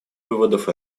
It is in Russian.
выводов